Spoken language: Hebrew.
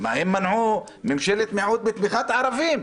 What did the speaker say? הנדל והאוזר מנעו ממשלת מיעוט בתמיכת הערבים.